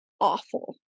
awful